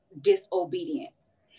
disobedience